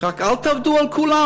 רק אל תעבדו על כולם.